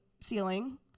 ceiling